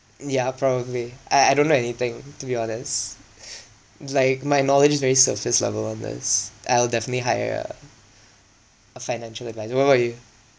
mm ya probably I I don't know anything to be honest like my knowledge is very surface level on this I'll definitely hire a a financial adviser what about you